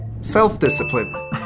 self-discipline